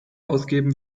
ausgeben